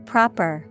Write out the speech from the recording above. Proper